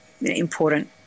important